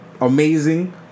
amazing